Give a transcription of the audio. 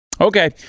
Okay